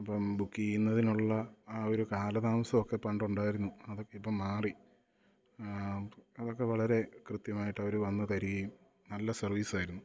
അപ്പം ബുക്ക് ചെയ്യുന്നതിനുള്ള ആ ഒരു കാലതാമസം ഒക്കെ പണ്ടുണ്ടായിരുന്നു അതൊക്കെ ഇപ്പം മാറി അതൊക്കെ വളരെ കൃത്യമായിട്ടവർ വന്നു തരികയും നല്ല സർവ്വീസായിരുന്നു